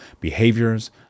behaviors